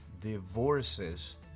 Divorces